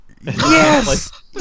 Yes